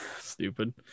Stupid